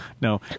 no